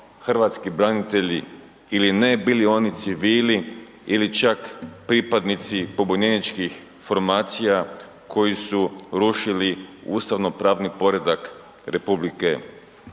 hrvatski branitelji ili ne, bili oni civili ili čak pripadnici pobunjeničkih formacija koji su rušili ustavno pravni poredak RH,